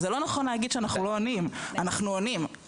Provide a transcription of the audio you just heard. אז לא נכון להגיד שאנחנו לא עונים אנחנו עונים,